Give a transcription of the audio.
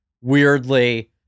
weirdly